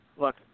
look